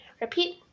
repeat